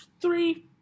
three